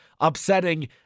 upsetting